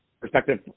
perspective